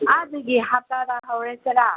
ꯑꯥꯗꯒꯤ ꯍꯞꯇꯗ ꯍꯧꯔꯁꯤꯔꯥ